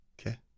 Okay